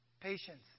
patience